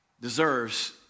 deserves